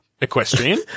Equestrian